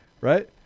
right